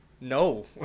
No